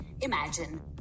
imagine